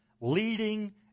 leading